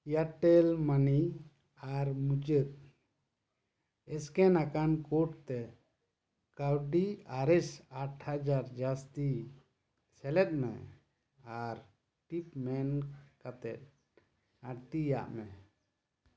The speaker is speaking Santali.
ᱮᱭᱟᱨᱴᱮᱞ ᱢᱟᱹᱱᱤ ᱟᱨ ᱢᱩᱪᱟ ᱫ ᱥᱠᱮᱱ ᱟᱠᱟᱱ ᱠᱳᱰ ᱛᱮ ᱠᱟᱹᱣᱰᱤ ᱟᱨᱮᱥ ᱟᱴ ᱦᱟᱡᱟᱨ ᱡᱟᱹᱥᱛᱤ ᱥᱮᱞᱮᱫ ᱢᱮ ᱟᱨ ᱴᱤᱠ ᱢᱮᱱ ᱠᱟᱛᱮ ᱟᱲᱛᱤᱭᱟᱜᱼᱢᱮ